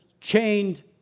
chained